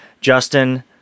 Justin